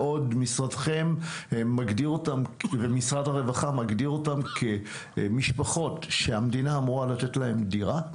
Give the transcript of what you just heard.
משרדכם ומשרד הרווחה מגדיר אותם כמשפחות שהמדינה אמורה לתת להם דירה,